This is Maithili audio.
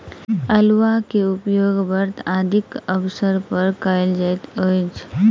अउलुआ के उपयोग व्रत आदिक अवसर पर कयल जाइत अछि